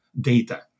data